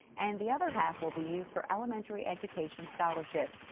and the other half will be used for elementary education scholarships.